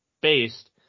based